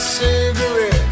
cigarette